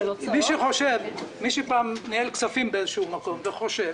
מי שפעם ניהל כספים באיזשהו מקום וחושב